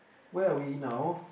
where are we now